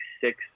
six